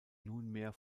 nunmehr